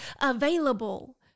available